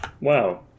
wow